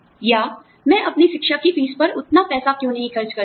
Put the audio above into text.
या मैं अपनी शिक्षा की फीस पर उतना पैसा क्यों नहीं खर्च कर सकता